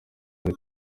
muri